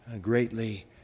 greatly